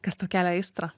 kas tau kelia aistrą